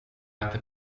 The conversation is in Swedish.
äter